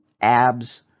abs